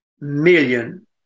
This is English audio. million